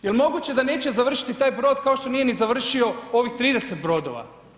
Je li moguće da neće završiti taj brod, kao što nije ni završio ovih 30 brodova.